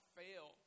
fail